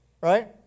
Right